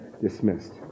dismissed